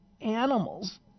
Animals